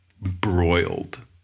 broiled